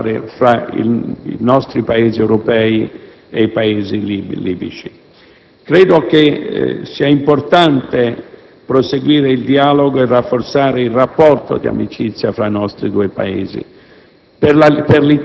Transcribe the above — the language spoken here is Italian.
in particolare fra i nostri Paesi europei e i libici. Credo sia importante proseguire il dialogo e rafforzare il rapporto di amicizia fra i nostri due Paesi.